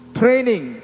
training